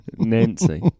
Nancy